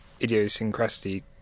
idiosyncrasy